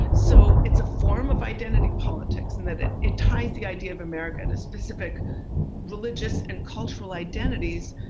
so it's a form of identity politics and that it it ties the idea of america to a specific religious and cultural identities.